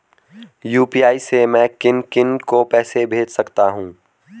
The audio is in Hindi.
यु.पी.आई से मैं किन किन को पैसे भेज सकता हूँ?